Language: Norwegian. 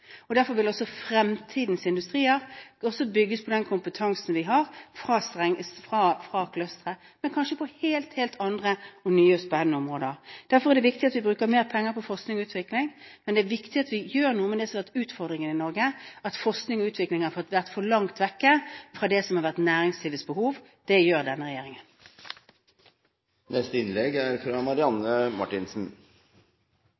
Derfor vil også fremtidens industrier bygges på den kompetansen vi har fra clustere, men kanskje på helt andre nye og spennende områder. Derfor er det viktig at vi bruker mer penger på forskning og utvikling, og det er viktig at vi gjør noe med det som har vært utfordringen i Norge, at forskning og utvikling har vært for langt vekk fra det som har vært næringslivets behov. Det gjør denne